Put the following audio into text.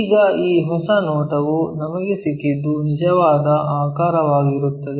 ಈಗ ಈ ಹೊಸ ನೋಟವು ನಮಗೆ ಸಿಕ್ಕಿದ್ದು ನಿಜವಾದ ಆಕಾರವಾಗುತ್ತದೆ